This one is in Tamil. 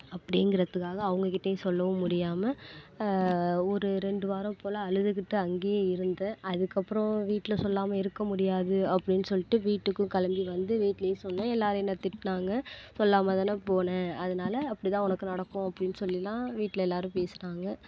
அப்படிங்கிறதுக்காக அவங்ககிட்டையும் சொல்லவும் முடியாமல் ஒரு ரெண்டு வாரம் போல அழுதுகிட்டு அங்கையே இருந்தேன் அதற்கப்பறம் வீட்டில் சொல்லாமல் இருக்க முடியாது அப்படின்னு சொல்லிட்டு வீட்டுக்கும் கிளம்பி வந்து வீட்லையும் சொன்னேன் எல்லாரும் என்னை திட்டுனாங்க சொல்லாம தான போன அதனால அப்படிதான் உனக்கு நடக்கும் அப்படின்னு சொல்லிலாம் வீட்டில் எல்லாரும் பேசுனாங்க